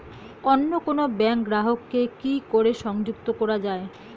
অন্য কোনো ব্যাংক গ্রাহক কে কি করে সংযুক্ত করা য়ায়?